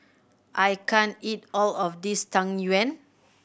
I can't eat all of this Tang Yuen